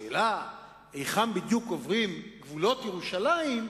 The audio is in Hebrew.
השאלה היא היכן בדיוק עוברים גבולות ירושלים,